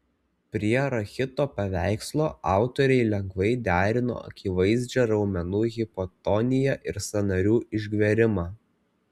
prie rachito paveikslo autoriai lengvai derino akivaizdžią raumenų hipotoniją ir sąnarių išgverimą